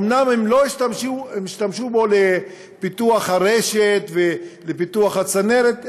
אומנם הם לא השתמשו בו לפיתוח הרשת ולפיתוח הצנרת,